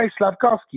Slavkowski